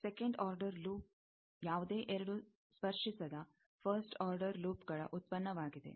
second order loop ಯಾವುದೇ ಎರಡು ಸ್ಪರ್ಶಿಸದ ಫಸ್ಟ್ ಆರ್ಡರ್ ಲೂಪ್ಗಳ ಉತ್ಪನ್ನವಾಗಿದೆ